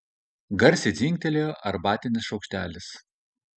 garsiai dzingtelėjo arbatinis šaukštelis